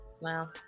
Wow